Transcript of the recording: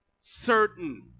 certain